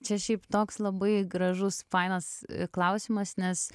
čia šiaip toks labai gražus fainas klausimas nes